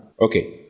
okay